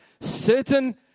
certain